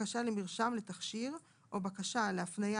בקשה למרשם לתכשיר או בקשה להפניה